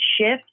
shift